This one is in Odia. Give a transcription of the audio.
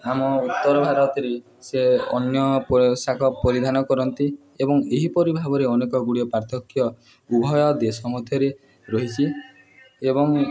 ଆମ ଉତ୍ତର ଭାରତରେ ସେ ଅନ୍ୟ ପୋଷାକ ପରିଧାନ କରନ୍ତି ଏବଂ ଏହିପରି ଭାବରେ ଅନେକ ଗୁଡ଼ିଏ ପାର୍ଥକ୍ୟ ଉଭୟ ଦେଶ ମଧ୍ୟରେ ରହିଛି ଏବଂ